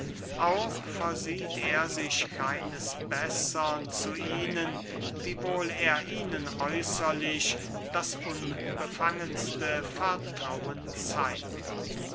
auch versieht er sich keines bessern zu ihnen wiewohl er ihnen äußerlich das unbefangenste vertrauen zeigt